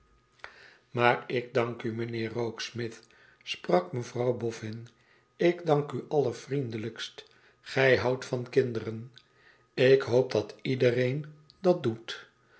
maar ik dank u mijnheer rokesmith sprak mevrouw boffin ik dank u allervriendelijkst gij houdt van kinderen ik hoop dat iedereen dat doet